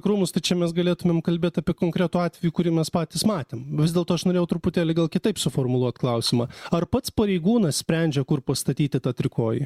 krūmus tai čia mes galėtumėm kalbėt apie konkretų atvejį kurį mes patys matėm vis dėlto aš norėjau truputėlį gal kitaip suformuluot klausimą ar pats pareigūnas sprendžia kur pastatyti tą trikojį